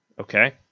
Okay